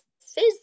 fizz